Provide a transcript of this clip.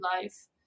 life